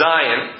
Zion